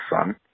son